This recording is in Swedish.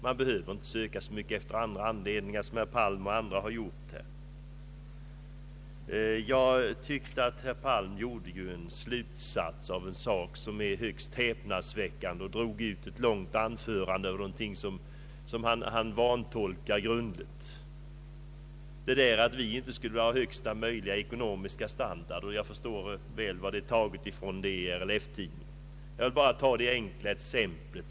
Man behöver inte söka efter andra anledningar som herr Palm m.fl. gjort. Jag tyckte att herr Palm drog en slutsats av en sak som är högst häpnadsväckande, och han drog ut ett helt anförande av något som han grundligt vantolkat, nämligen att vi inte skulle önska högsta möjliga ekonomiska standard. Jag vet var han har tagit det ifrån. Det är RLF-tidningen. Jag vill bara ta ett enkelt exempel.